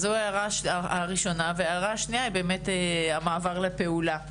הערה השנייה היא המעבר לפעולה.